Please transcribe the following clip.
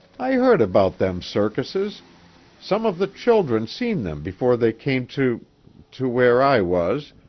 i heard about them circuses some of the children seen them before they came to to where i was,